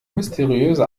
mysteriöse